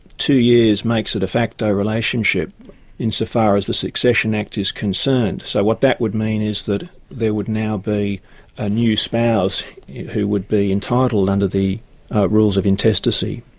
two years makes a de facto relationship insofar as the succession act is concerned. so what that would mean is that there would now be a a new spouse who would be entitled under the rules of intestacy.